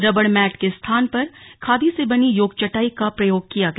रबड़ मैट के स्थातन पर खादी से बनी योग चटाई का प्रयोग किया गया